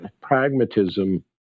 pragmatism